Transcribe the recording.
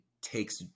takes